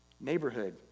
neighborhood